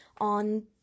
on